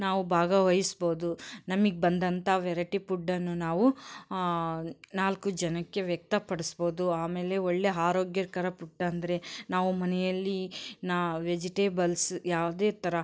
ನಾವು ಭಾಗವಹಿಸ್ಬೋದು ನಮಗೆ ಬಂದಂಥ ವೆರೈಟಿ ಪುಡ್ಡನ್ನು ನಾವು ನಾಲ್ಕು ಜನಕ್ಕೆ ವ್ಯಕ್ತಪಡಿಸ್ಬೋದು ಆಮೇಲೆ ಒಳ್ಳೆಯ ಆರೋಗ್ಯಕರ ಪುಡ್ ಅಂದರೆ ನಾವು ಮನೆಯಲ್ಲಿ ನಾ ವೆಜಿಟೇಬಲ್ಸ್ ನಾವು ಭಾಗವಹಿಸ್ಬೋದು ನಮಿಗ್ ಬಂದಂತ ವೆರೈಟಿ ಪುಡ್ಡನ್ನು ನಾವು ನಾಲ್ಕು ಜನಕ್ಕೆ ವ್ಯಕ್ತಪಡ್ಸ್ಬೋದು ಆಮೇಲೆ ಒಳ್ಳೆ ಹಾರೋಗ್ಯಕರ ಪುಡ್ ಅಂದ್ರೆ ನಾವು ಮನೆಯಲ್ಲಿ ನಾ ವೆಜಿಟೇಬಲ್ಸ್ ಯಾವುದೇ ಥರ